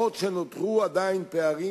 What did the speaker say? נותרו עדיין פערים,